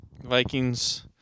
Vikings